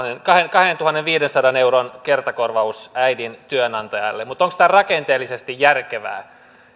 kahdentuhannenviidensadan euron kertakorvaus äidin työnantajalle mutta onko tämä rakenteellisesti järkevää